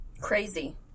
Crazy